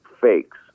fakes